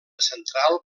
central